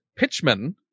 pitchman